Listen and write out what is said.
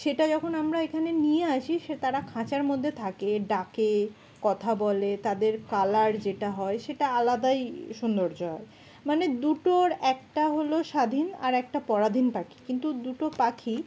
সেটা যখন আমরা এখানে নিয়ে আসি সে তারা খাঁচার মধ্যে থাকে ডাকে কথা বলে তাদের কালার যেটা হয় সেটা আলাদাই সৌন্দর্য হয় মানে দুটোর একটা হলো স্বাধীন আর একটা পরাধীন পাখি কিন্তু দুটো পাখি